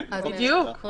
בדיוק.